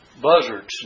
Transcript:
buzzards